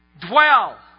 Dwell